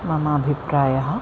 मम अभिप्रायः